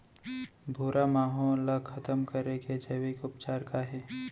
भूरा माहो ला खतम करे के जैविक उपचार का हे?